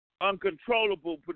uncontrollable